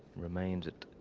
remains at